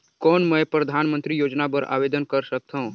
कौन मैं परधानमंतरी योजना बर आवेदन कर सकथव?